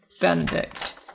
Benedict